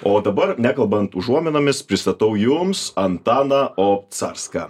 o dabar nekalbant užuominomis pristatau jums antaną obcarską